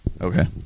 Okay